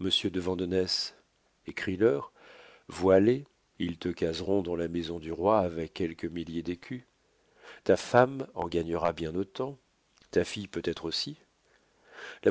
monsieur de vandenesse écris leur vois-les ils te caseront dans la maison du roi avec quelque millier d'écus ta femme en gagnera bien autant ta fille peut-être aussi